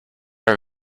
are